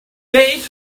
date